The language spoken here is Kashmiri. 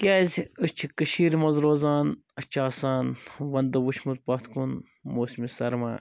کیٛازِ أسۍ چھِ کٔشیٖرِ مَنٛز روزان اَسہِ چھُ آسان وَندٕ وُچھمُت پتھ کُن موسمِ سَرما